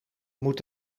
moet